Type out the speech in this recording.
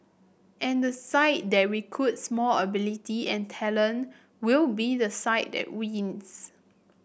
and the side that recruits more ability and talent will be the side that wins